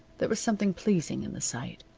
there was something pleasing in the sight.